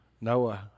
noah